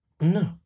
No